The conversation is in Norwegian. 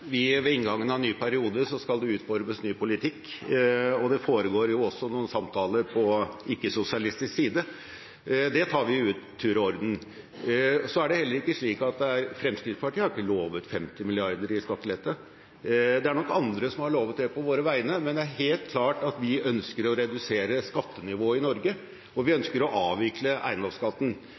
det ved inngangen av ny periode skal utformes ny politikk, og det foregår jo også noen samtaler på ikke-sosialistisk side. Det tar vi i tur og orden. Fremskrittspartiet har ikke lovet 50 mrd. kr i skattelette – det er nok andre som har lovet det på våre vegne. Men det er helt klart at vi ønsker å redusere skattenivået i Norge, og vi ønsker å avvikle eiendomsskatten.